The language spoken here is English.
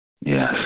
Yes